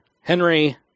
Henry